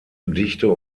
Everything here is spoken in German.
gedichte